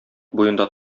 буенда